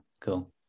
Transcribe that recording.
cool